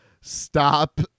stop